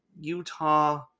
Utah